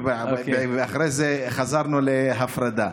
שאחרי זה חזרנו להפרדה.